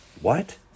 What